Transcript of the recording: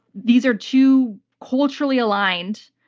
these are two culturally-aligned.